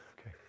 Okay